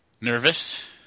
nervous